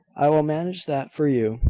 i will manage that for you,